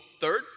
third